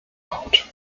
out